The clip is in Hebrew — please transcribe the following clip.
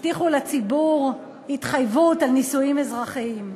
נתנו לציבור התחייבות על נישואים אזרחיים.